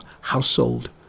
household